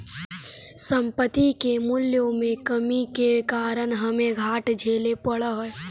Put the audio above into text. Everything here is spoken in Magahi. संपत्ति के मूल्यों में कमी के कारण हमे घाटा झेले पड़लइ हल